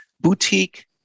boutique